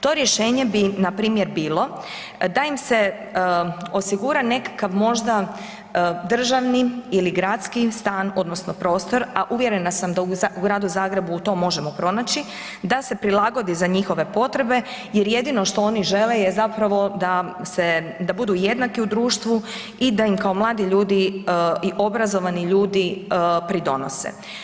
To rješenje bi na primjer bilo, da im se osigura nekakav možda državni ili gradski stan odnosno prostor, a uvjerena sam da u Gradu Zagrebu to možemo pronaći, da se prilagodi za njihove potrebe jer jedino što oni žele je zapravo da se, da budu jednaki u društvu i da im kao mladi ljudi i obrazovani ljudi, pridonose.